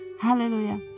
hallelujah